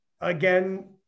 Again